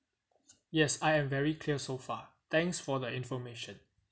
yes I am very clear so far thanks for the information